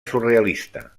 surrealista